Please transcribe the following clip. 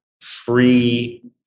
free